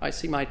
i see my